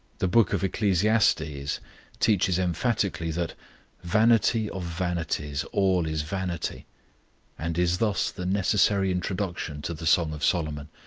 the book of ecclesiastes teaches emphatically that vanity of vanities, all is vanity and is thus the necessary introduction to the song of solomon,